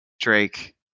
Drake